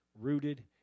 rooted